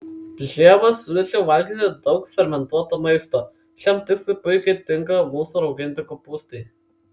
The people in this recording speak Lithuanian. žiemą siūlyčiau valgyti daug fermentuoto maisto šiam tikslui puikiai tinka mūsų rauginti kopūstai